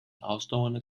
ausdauernde